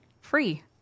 free